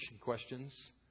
questions